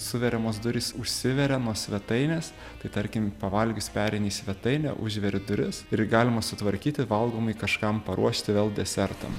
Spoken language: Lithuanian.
suveriamos durys užsiveria nuo svetainės tai tarkim pavalgius pereini į svetainę užveri duris ir galima sutvarkyti valgomąjį kažkam paruošti vėl desertam